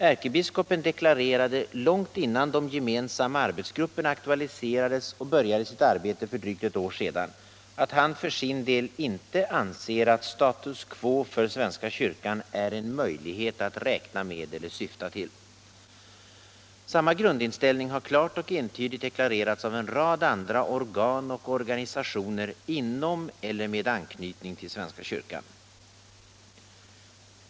Ärkebiskopen deklarerade — långt innan de gemensamma arbetsgrupperna aktualiserades och började sitt arbete för drygt ett år sedan — att han för sin del inte anser att status quo för svenska kyrkan är en möjlighet att räkna med eller syfta till. Samma grundinställning har klart och entydigt deklarerats av en rad andra organ och organisationer inom eller med anknytning till svenska kyrkan.